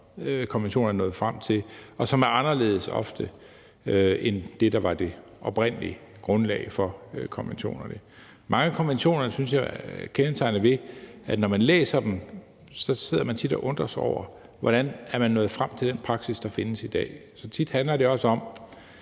konventionerne har ført til, og som ofte er anderledes end det, der var det oprindelige grundlag for konventionerne. Mange af konventionerne synes jeg er kendetegnet ved, at når man læser dem, sidder man tit og undrer sig over, hvordan man er nået frem til den praksis, der findes i dag. Så tit handler det også om,